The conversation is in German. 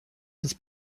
dass